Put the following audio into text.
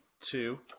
two